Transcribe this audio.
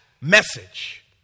message